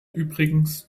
übrigens